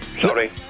sorry